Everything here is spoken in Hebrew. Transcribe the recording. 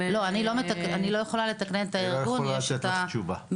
אני לא יכולה לתקנן את הארגון; יש את המשרד.